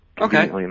Okay